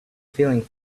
feeling